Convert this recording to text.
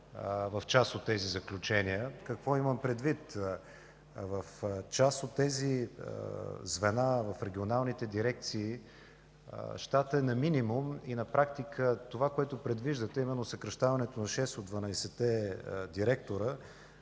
в част от тези заключения. Какво имам предвид? В част от тези звена, в регионалните дирекции, щатът е на минимум. На практика това, което предвиждате, а именно съкращаване на 6 от 12-те директори,